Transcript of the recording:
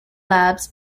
labs